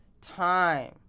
time